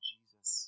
Jesus